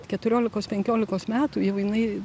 keturiolikos penkiolikos metų jau jinai